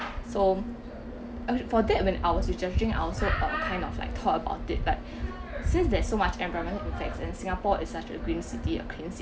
so for that when I was with researching I was also uh kind of like thought about it like since there's so much environmental effects and singapore is such a green city a clean